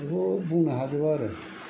बेखौ बुंनो हाजोबा आरो